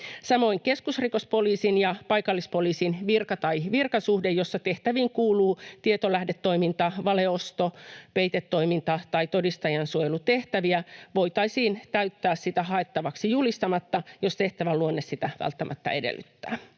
Samoin keskusrikospoliisin ja paikallispoliisin virka tai virkasuhde, jossa tehtäviin kuuluu tietolähdetoiminta, valeosto, peitetoiminta tai todistajansuojelutehtäviä, voitaisiin täyttää sitä haettavaksi julistamatta, jos tehtävän luonne sitä välttämättä edellyttää.